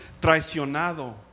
traicionado